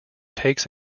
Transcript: takes